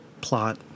plot